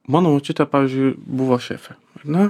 mano močiutė pavyzdžiui buvo šefė ar ne